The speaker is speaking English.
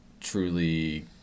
truly